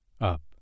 up